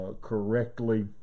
correctly